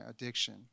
addiction